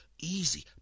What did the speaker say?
easy